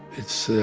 it's